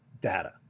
data